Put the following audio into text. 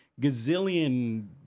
gazillion